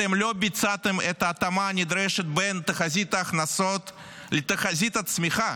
אתם לא ביצעתם את ההתאמה הנדרשת בין תחזית ההכנסות לתחזית הצמיחה,